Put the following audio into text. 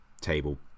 table